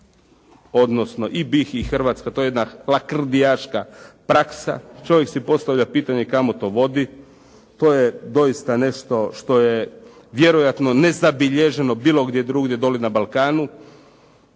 odnosno i BIH i Hrvatska, to je jedna lakrdijaška praksa. Čovjek si postavlja pitanje kamo to vodi. To je doista nešto što je vjerojatno nezabilježeno bilo gdje drugdje, dolje na Balkanu.